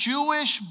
Jewish